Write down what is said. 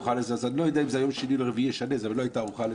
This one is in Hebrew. אני לא יודע אם יום שני או רביעי ישנה היא לא הייתה ערוכה לזה.